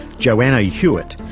joanna yeah hewitt,